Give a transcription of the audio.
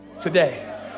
today